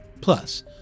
Plus